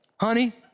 Honey